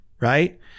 right